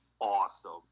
awesome